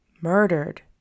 murdered